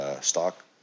stock